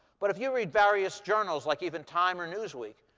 but if you read various journals, like even time or newsweek,